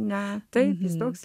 ne tai toks